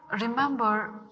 Remember